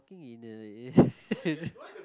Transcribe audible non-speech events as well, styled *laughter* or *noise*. ~king in a *laughs*